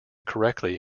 correctly